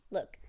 Look